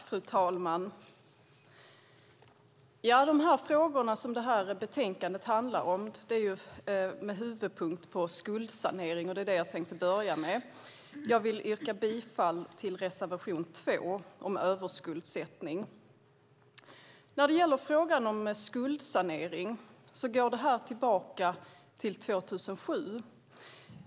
Fru talman! De frågor som betänkandet handlar om har skuldsanering som huvudpunkt. Det är det jag tänkte börja med. Jag yrkar bifall till reservation 2 om överskuldsättning. Frågan om skuldsanering går tillbaka till 2007.